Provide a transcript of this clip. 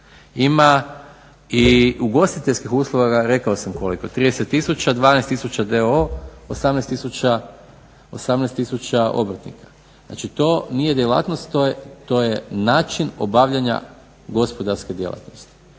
Ima i ugostiteljskih usluga rekao sam koliko 30 tisuća, 12 tisuća d.o.o., 18 tisuća obrtnika znači to nije djelatnost to je način obavljanja gospodarske djelatnosti